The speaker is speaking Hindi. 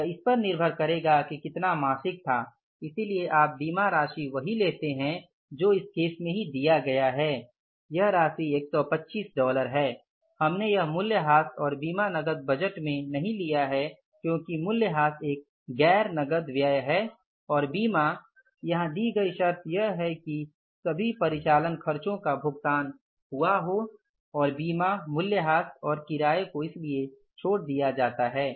यह इस पर निर्भर करेगा कि कितना मासिक था इसलिए आप बीमा राशि वहीलेते हैं जो इस केस में ही दिया गया है वह बीमा राशि है १२५ है हमने यह मूल्यह्रास और बीमा नकद बजट में नहीं लिया है क्योंकि मूल्यह्रास एक गैर नकद व्यय है और बीमा यहां दी गई शर्त यह है कि सभी परिचालन खर्चों का भुगतान हुआ हो और बीमा मूल्यह्रास और किराए को इसलिए छोड़ दिया जाता है